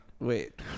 Wait